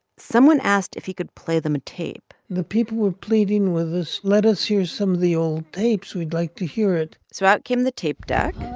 someone asked if he could play them a tape the people were pleading with us, let us hear some of the old tapes. we'd like to hear it so out came the tape deck,